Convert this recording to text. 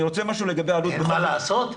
אין מה לעשות?